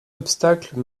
obstacle